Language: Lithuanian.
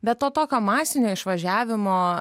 be to tokio masinio išvažiavimo